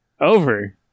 over